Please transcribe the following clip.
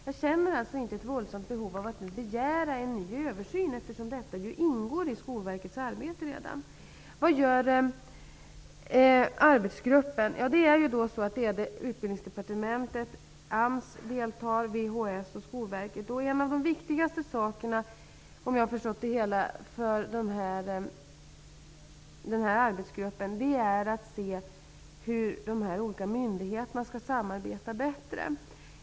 Jag känner alltså inte ett våldsamt behov att nu begära en ny översyn, eftersom detta redan ingår i Skolverkets arbete. VHS och Skolverket. En av de viktigaste sakerna, om jag har förstått det hela rätt, för arbetsgruppen är att se hur de olika myndigheterna bättre skall kunna samarbeta.